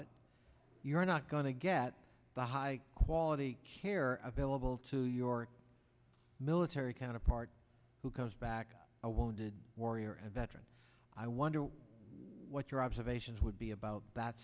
it you're not going to get the high quality care available to your military counterparts who comes back a wounded warrior and veteran i wonder what your observations would be about that